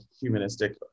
humanistic